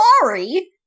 sorry